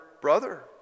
brother